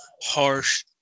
harsh